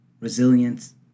resilience